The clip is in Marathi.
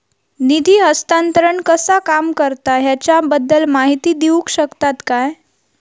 निधी हस्तांतरण कसा काम करता ह्याच्या बद्दल माहिती दिउक शकतात काय?